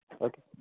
Okay